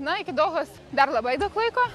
na iki dohos dar labai daug laiko